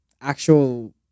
actual